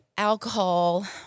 Alcohol